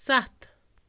ستھ